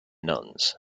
nuns